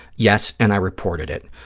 yes, and i reported it.